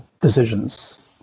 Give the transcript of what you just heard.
decisions